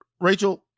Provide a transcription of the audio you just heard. Rachel